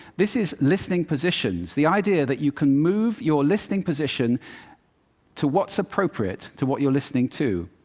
this is listening positions the idea that you can move your listening position to what's appropriate to what you're listening to.